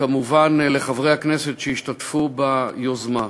וכמובן לחברי הכנסת שהשתתפו ביוזמה.